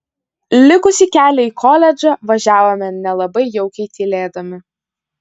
likusį kelią į koledžą važiavome nelabai jaukiai tylėdami